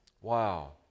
Wow